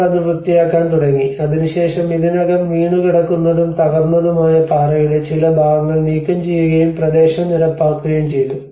അവർ അത് വൃത്തിയാക്കാൻ തുടങ്ങി അതിനുശേഷം ഇതിനകം വീണുകിടക്കുന്നതും തകർന്നതുമായ പാറയുടെ ചില ഭാഗങ്ങൾ നീക്കംചെയ്യുകയും പ്രദേശം നിരപ്പാക്കുകയും ചെയ്തു